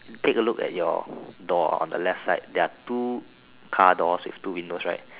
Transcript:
take a look at your door on the left side there are two car doors with two windows right